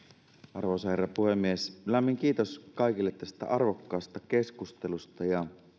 arvoisa herra puhemies lämmin kiitos kaikille tästä arvokkaasta keskustelusta ja